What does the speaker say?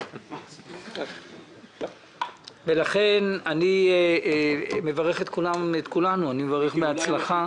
אני מברך את כולנו בהצלחה.